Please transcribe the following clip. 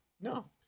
No